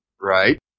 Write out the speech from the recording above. Right